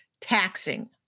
taxing